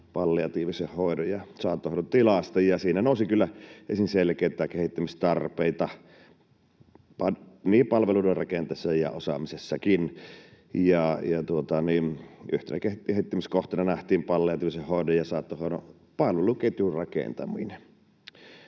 palliatiivisen hoidon ja saattohoidon tilasta, ja siinä nousi kyllä esiin selkeitä kehittämistarpeita niin palveluiden rakenteissa kuin osaamisessakin. Yhtenä kehittämiskohteena nähtiin palliatiivisen hoidon ja saattohoidon palveluketjun rakentaminen.